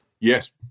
Yes